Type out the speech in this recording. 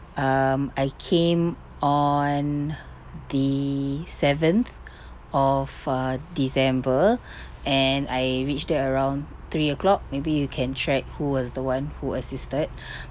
um I came on the seventh of uh december and I reached there around three O clock maybe you can track who was the one who assisted